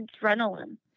adrenaline